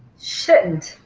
shouldn't.